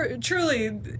truly